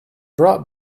brought